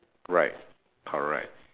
right correct